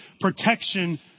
protection